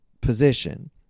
position